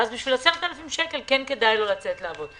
ואז בשביל 10,000 שקל כן כדאי לו לצאת לעבוד.